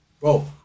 Bro